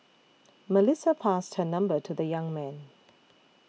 Melissa passed her number to the young man